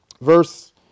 Verse